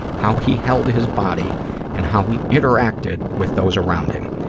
how he held his body and how he interacted with those around him.